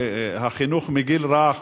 החינוך מגיל רך,